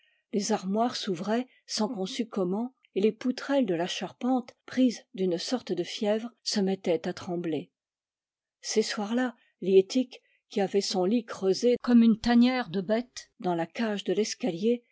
les armoires s'ouvraient sans qu'on sût comment et les poutrelles de la charpente prises d une sorte de fièvre se mettaient à trembler ces soirs là liettik qui avait son lit creusé comme une tanière de bête dans la cage de l'escalier